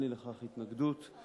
אין לי התנגדות לכך.